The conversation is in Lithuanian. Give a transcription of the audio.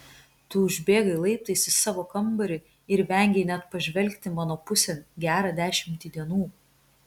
tu užbėgai laiptais į savo kambarį ir vengei net pažvelgti mano pusėn gerą dešimtį dienų